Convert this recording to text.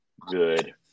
good